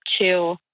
two